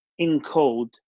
encode